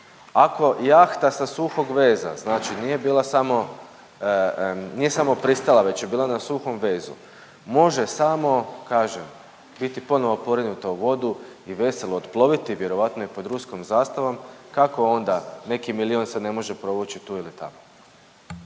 Ako jahta sa suhog veza znači nije bila samo, nije samo pristala već je bila na suhom vezu može samo kažem biti ponovo porinuta u vodu i veselo otploviti, vjerojatno i pod ruskom zastavom kako onda neki milion se ne može provući tu ili tamo?